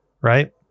Right